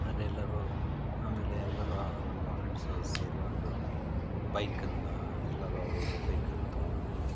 ಅದೇ ಎಲ್ಲರೂ ಆಮೇಲೆ ಎಲ್ಲರೂ ನಮ್ಮ ಫ್ರೆಂಡ್ಸ್ ಸೇರಿ ಒಂದು ಬೈಕನ್ನು ಎಲ್ಲರೂ ಅವರ ಅವರ ಬೈಕನ್ನ ತಗೊಂಡು